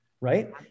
right